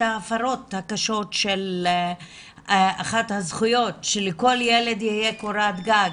ההפרות הקשות של אחת הזכויות שלכל ילד תהיה קורת גג,